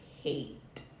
hate